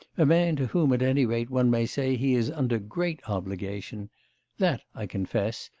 a man to whom, at any rate, one may say he is under great obligation that i confess,